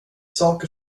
saker